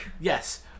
Yes